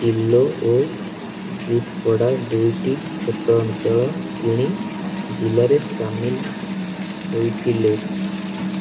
ଟିଲୋ ଓ ଯୁଥପଡ଼ା ଦୁଇଟି ଛୋଟ ଅଞ୍ଚଳ କିଣି ଜିଲ୍ଲାରେ ସାମିଲ ହୋଇଥିଲେ